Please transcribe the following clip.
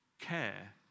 Care